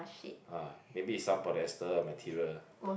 ah maybe is some polyester material ah